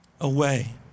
away